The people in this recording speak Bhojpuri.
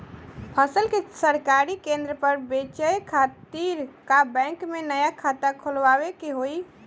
फसल के सरकारी केंद्र पर बेचय खातिर का बैंक में नया खाता खोलवावे के होई?